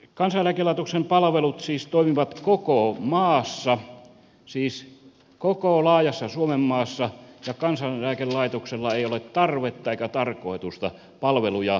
kansaneläkelaitoksen palvelut siis toimivat koko maassa siis koko laajassa suomenmaassa ja kansaneläkelaitoksella ei ole tarvetta eikä tarkoitusta palveluja heikentää